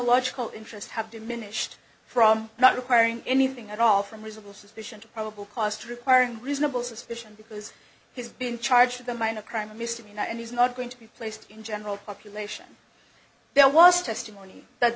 logical interest have diminished from not requiring anything at all from reasonable suspicion to probable cause to requiring reasonable suspicion because he's been charged with a minor crime a misdemeanor and he's not going to be placed in general population there was testimony that